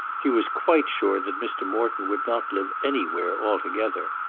he was quite sure that mr. morton would not live anywhere altogether.